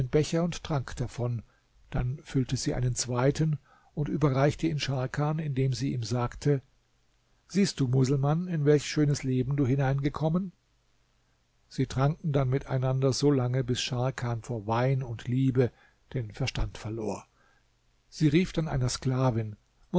becher und trank davon dann füllte sie einen zweiten und überreichte ihn scharkan indem sie ihm sagte siehst du muselmann in welch schönes leben du hineingekommen sie tranken dann miteinander solange bis scharkan vor wein und liebe den verstand verlor sie rief dann einer sklavin